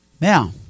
Now